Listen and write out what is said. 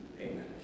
Amen